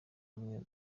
bamwe